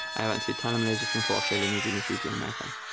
i went to thailand, malaysia, singapore, australia, new zealand, fiji and america.